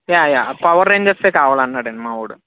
yeah yeah Power Rangers కావాలన్నాడు అండి మా వాడు